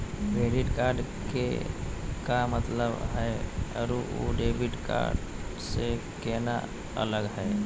Credit card के का मतलब हई अरू ई डेबिट कार्ड स केना अलग हई?